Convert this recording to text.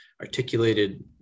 articulated